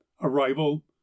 arrival